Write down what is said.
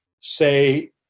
say